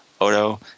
Odo